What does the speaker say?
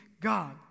God